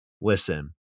listen